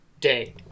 day